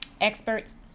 experts